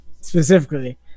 Specifically